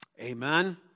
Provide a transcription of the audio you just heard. Amen